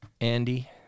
Andy